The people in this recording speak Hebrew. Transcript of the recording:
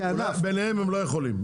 ביניהם הם לא יכולים.